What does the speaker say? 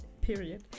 period